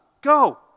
Go